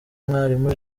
mwalimu